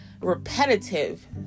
repetitive